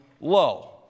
low